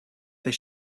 they